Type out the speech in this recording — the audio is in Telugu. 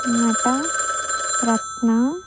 నట రత్న